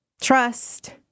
Trust